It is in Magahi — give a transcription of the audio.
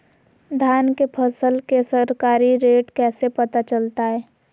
धान के फसल के सरकारी रेट कैसे पता चलताय?